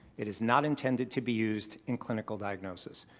it is not intended to be used in clinical diagnosis.